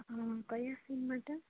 હા કયા સીન માટે